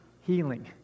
healing